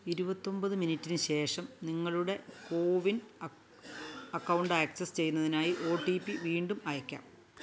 ഇരുപത്തൊമ്പത് മിനിറ്റിന് ശേഷം നിങ്ങളുടെ കോവിൻ അക്കൗണ്ട് ആക്സസ് ചെയ്യുന്നതിനായി ഒ ടി പി വീണ്ടും അയയ്ക്കാം